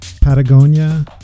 Patagonia